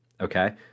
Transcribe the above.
Okay